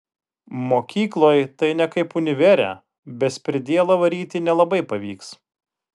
mokykloj tai ne kaip univere bezpridielą varyti nelabai pavyks